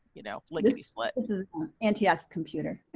you know, what is the split and ah nts computer.